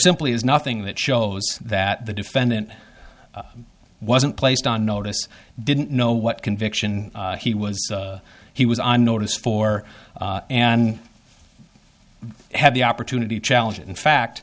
simply is nothing that shows that the defendant wasn't placed on notice didn't know what conviction he was he was on notice for and had the opportunity to challenge in fact